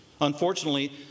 Unfortunately